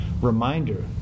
Reminder